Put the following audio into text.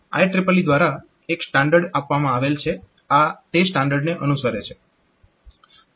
IEEE દ્વારા એક standard આપવામાં આવેલ છે આ તે સ્ટાન્ડર્ડને અનુસરે છે